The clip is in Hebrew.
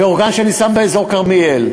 ואורגן שאני שם באזור כרמיאל.